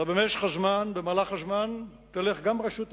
אלא במהלך הזמן תלך רשות המים,